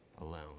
Alone